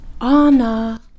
Anna